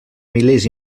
milers